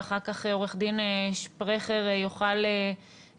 ואחר כך עורך דין שפרכר יוכל להרחיב,